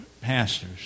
pastors